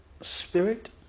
spirit